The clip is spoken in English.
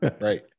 right